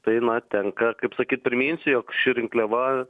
tai na tenka kaip sakyt priminsiu jog ši rinkliava